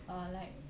err like